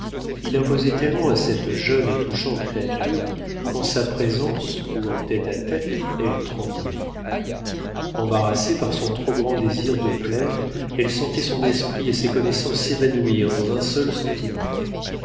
il imposait tellement à cette jeune et touchante créature qu'en sa présence ou en tête-à-tête elle tremblait embarrassée par son trop grand désir de plaire elle sentait son esprit et ses connaissances s'évanouir dans un seul sentiment